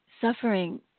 suffering